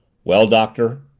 well, doctor?